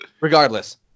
regardless